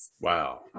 Wow